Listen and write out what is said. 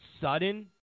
sudden